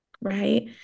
right